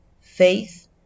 faith